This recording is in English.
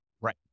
Right